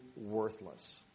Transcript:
worthless